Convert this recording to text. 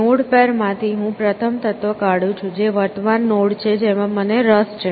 node પેરમાંથી હું પ્રથમ તત્વ કાઢું છું જે વર્તમાન નોડ છે જેમાં મને રસ છે